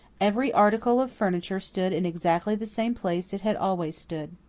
every article of furniture stood in exactly the same place it had always stood.